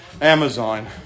Amazon